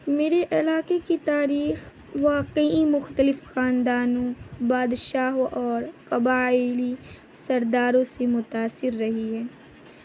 میرے علاقے کی تاریخ واقعی مختلف خاندانوں بادشاہوں اور قبائلی سرداروں سے متاثر رہی ہے